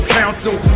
council